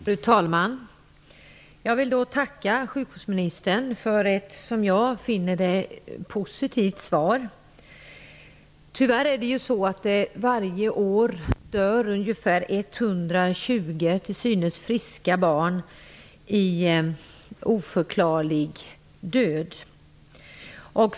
Fru talman! Jag vill tacka sjukvårdsministern för ett, som jag finner det, positivt svar. Tyvärr går varje år ungefär 120 till synes friska barn bort i en oförklarlig död.